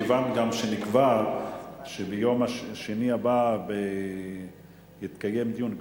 מכיוון שגם נקבע שביום שני הבא יתקיים דיון,